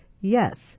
Yes